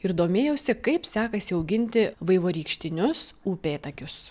ir domėjausi kaip sekasi auginti vaivorykštinius upėtakius